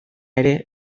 ere